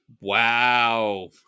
Wow